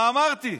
מה אמרתי?